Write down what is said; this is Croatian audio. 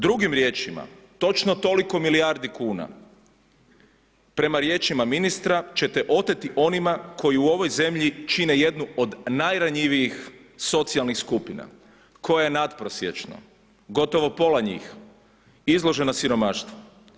Drugim riječima, točno toliko milijardi kuna prema riječima ministra ćete oteti onima koji u ovoj zemlji čine jednu od najranjivijih socijalnih skupina koje je natprosječno gotovo pola njih izloženo siromaštvu.